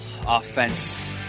offense